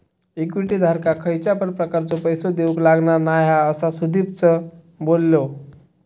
equity धारकाक खयच्या पण प्रकारचो पैसो देऊक लागणार नाय हा, असा सुदीपच बोललो